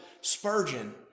Spurgeon